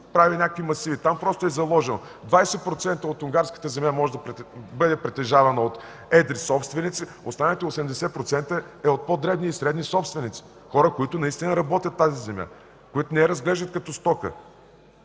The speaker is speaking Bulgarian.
прави някакви масиви. Там просто е заложено – 20% от унгарската земя може да бъде притежавана от едри собственици, останалите 80% – от по-дребни и средни собственици, хора, които наистина работят тази земя, които не я разглеждат като стока.